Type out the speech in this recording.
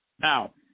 Now